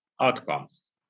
outcomes